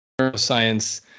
neuroscience